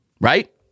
Right